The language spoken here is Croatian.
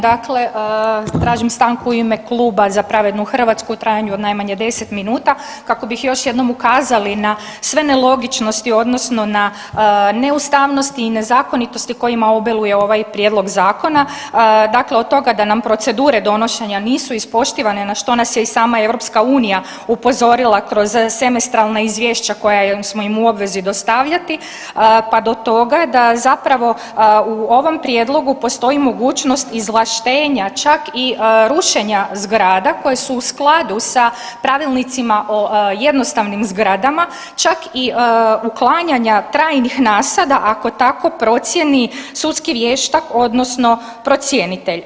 Dakle, tražim stanku u ime kluba za Pravednu Hrvatsku u trajanju od najmanje deset minuta kako bi još jednom ukazali na sve nelogičnosti odnosno na neustavnosti i nezakonitosti kojima obiluje ovaj prijedlog zakona, dakle od toga da nam procedure donošenja nisu ispoštivane na što nas je i sama EU upozorila kroz semestralna izvješća koja smo im u obvezi dostavljati pa do toga da zapravo u ovom prijedlogu postoji mogućnost izvlaštenja čak i rušenja zagrada koje su u skladu sa pravilnicima o jednostavnim zgradama, čak i uklanjanja trajnih nasada ako tako procijeni sudski vještak odnosno procjenitelj.